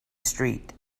street